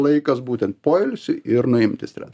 laikas būtent poilsiui ir nuimti stre